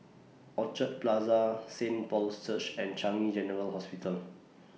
Orchard Plaza Saint Paul's Church and Changi General Hospital